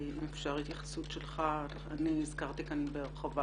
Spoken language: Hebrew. אם אפשר התייחסות שלך - אני הזכרתי בהרחבה,